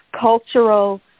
cultural